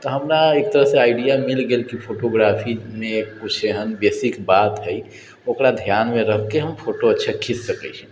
तऽ हमरा एक तरहसँ आइडिया मिल गेल कि फोटोग्राफीमे कुछ एहन बेसिक बात हय ओकरा ध्यानमे रखि हम फोटो अच्छा खीच सकइ छी